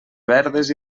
verdes